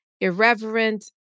irreverent